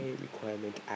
requirement